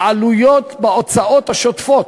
בעלויות, בהוצאות השוטפות.